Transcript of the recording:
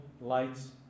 lights